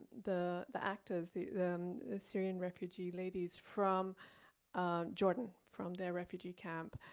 the the actors, the syrian refugee ladies from jordan from their refugee camp